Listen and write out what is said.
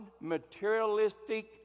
materialistic